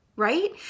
Right